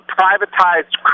privatized